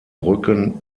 rücken